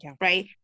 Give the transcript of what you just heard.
right